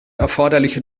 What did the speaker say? erforderliche